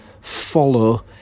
follow